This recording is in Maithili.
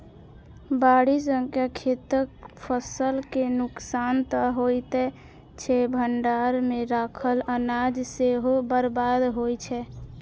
बाढ़ि सं खेतक फसल के नुकसान तं होइते छै, भंडार मे राखल अनाज सेहो बर्बाद होइ छै